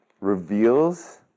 reveals